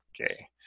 Okay